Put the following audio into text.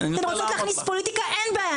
אתן רוצות להכניס פוליטיקה, אין בעיה.